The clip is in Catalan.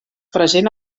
present